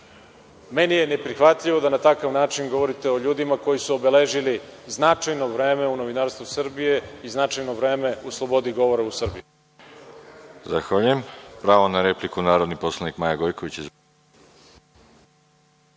meni je neprihvatljivo da na takav način govorite o ljudima koji su obeležili značajno vreme u novinarstvu Srbije i značajno vreme u slobodi govora u Srbiji.